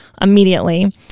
immediately